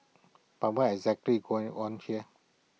but what is actually going on here